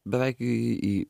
beveik į į